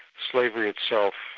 slavery itself,